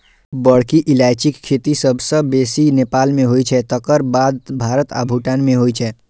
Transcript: बड़की इलायचीक खेती सबसं बेसी नेपाल मे होइ छै, तकर बाद भारत आ भूटान मे होइ छै